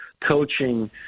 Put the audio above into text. coaching